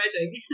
wedding